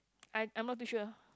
I I'm not too sure